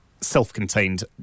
self-contained